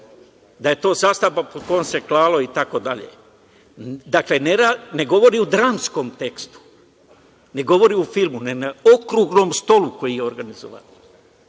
da je to zastava kojom se klalo itd. Dakle, ne govori o dramskom tekstu, ne govori o filmu, nego na okruglom stolu koji je organizovan.